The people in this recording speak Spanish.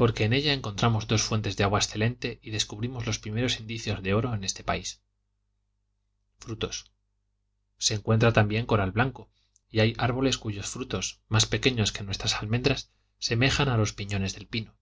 porque en ella encontramos dos fuentes de agua excelente y descubrimos los primeros indicios de oro en este país frutos se encuentra también coral blanco y hay árboles cuyos frutos más pequeños que nuestras almendras semejan a los piñones del pino